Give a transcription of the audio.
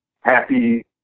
happy